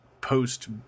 post